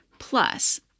Plus